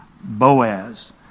Boaz